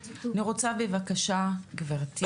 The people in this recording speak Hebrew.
אני רוצה בבקשה, גברתי